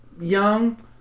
young